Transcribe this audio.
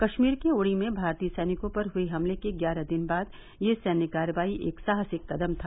कश्मीर के उड़ी में भारतीय सैनिकों पर हुए हमले के ग्यारह दिन बाद यह सैन्य कार्रवाई एक साहसिक कदम था